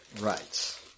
Right